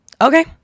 Okay